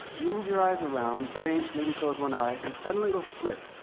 move your eyes around, blink, maybe close one eye. and suddenly it will flip,